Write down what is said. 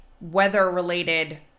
weather-related